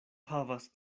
havas